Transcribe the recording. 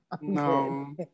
No